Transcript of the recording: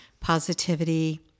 positivity